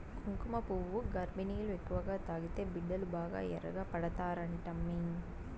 కుంకుమపువ్వు గర్భిణీలు ఎక్కువగా తాగితే బిడ్డలు బాగా ఎర్రగా పడతారంటమ్మీ